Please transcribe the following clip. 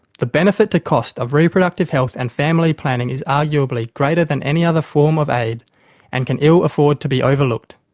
the benefit to cost of reproductive health and family planning is arguably greater than any other form of aid and can ill afford to be overlooked.